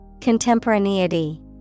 contemporaneity